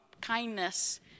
Kindness